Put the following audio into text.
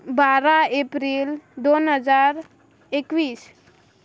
बारा एप्रील दोन हजार एकवीस